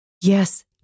Yes